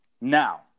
now